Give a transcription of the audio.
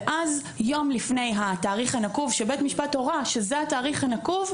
אבל אז יום לפני התאריך הנקוב שבית משפט הורה שזה התאריך הנקוב,